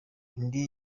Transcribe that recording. indi